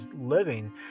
living